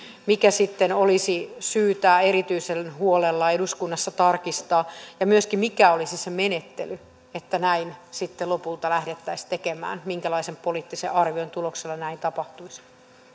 mikä sitten olisi syytä erityisen huolella eduskunnassa tarkistaa ja myöskin mikä olisi se menettely että näin sitten lopulta lähdettäisiin tekemään minkälaisen poliittisen arvion tuloksena näin tapahtuisi